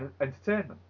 entertainment